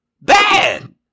Bad